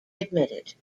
admitted